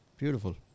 Beautiful